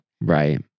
Right